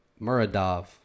Muradov